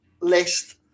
list